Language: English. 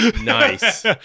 Nice